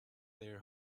their